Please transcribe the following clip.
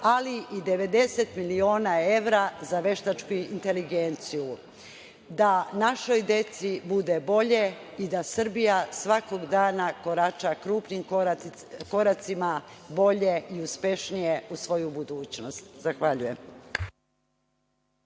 ali i 90 miliona evra za veštačku inteligenciju da našoj deci bude bolje i da Srbija svakog dana korača krupnim koracima bolje i uspešnije u svoju budućnost. Zahvaljujem.